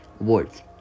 awards